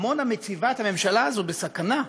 עמונה מציבה את הממשלה הזאת בסכנה,